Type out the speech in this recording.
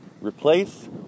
replace